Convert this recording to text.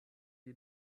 die